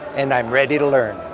and i'm ready to learn.